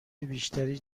بیشتری